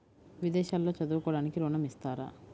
విదేశాల్లో చదువుకోవడానికి ఋణం ఇస్తారా?